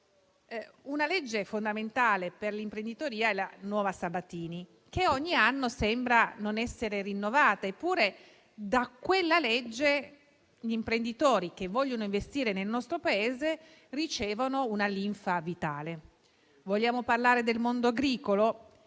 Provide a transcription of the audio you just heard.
una legge fondamentale per l'imprenditoria è la nuova Sabatini, che ogni anno sembra non essere rinnovata. Eppure da quella legge gli imprenditori che vogliono investire nel nostro Paese ricevono una linfa vitale. Vogliamo parlare del mondo agricolo?